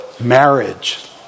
marriage